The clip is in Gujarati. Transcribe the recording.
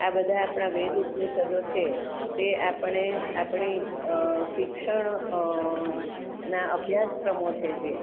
આ બધા આપણા વેદ ઉપનિષદો છે તે આપણે આપણી શિક્ષણ ના અભ્યાસક્રમો છે જે